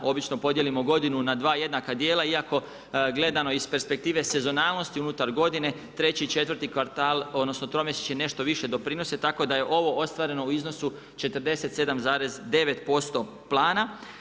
Obično podijelimo godinu na dva jednaka dijela, iako gledano iz perspektive sezonalnosti unutar godine treći i četvrti kvartal, odnosno tromjesečje nešto više doprinose tako da je ovo ostvareno u iznosu 47,9% plana.